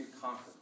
conquer